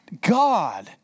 God